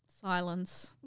Silence